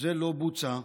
זה לא בוצע.